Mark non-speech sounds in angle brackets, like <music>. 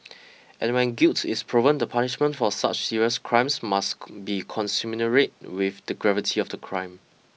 and when guilt is proven the punishment for such serious crimes must <unintelligible> be commensurate with the gravity of the crime